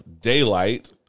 Daylight